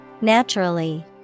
Naturally